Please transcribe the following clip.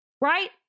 Right